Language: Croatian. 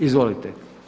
Izvolite.